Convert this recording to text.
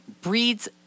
breeds